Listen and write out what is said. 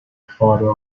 father